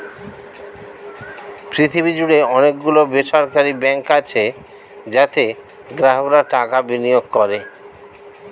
পৃথিবী জুড়ে অনেক গুলো বেসরকারি ব্যাঙ্ক আছে যাতে গ্রাহকরা টাকা বিনিয়োগ করে